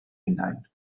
hunain